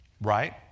Right